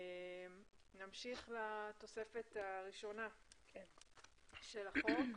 נמשיך לתוספת הראשונה של החוק.